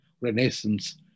Renaissance